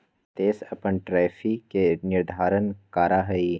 देश अपन टैरिफ के निर्धारण करा हई